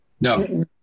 No